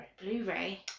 blu-ray